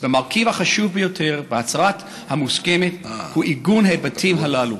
המרכיב החשוב ביותר בהצהרה המוסכמת הוא עיגון ההיבטים הללו,